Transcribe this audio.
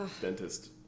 dentist